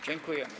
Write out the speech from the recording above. Dziękuję.